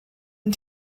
and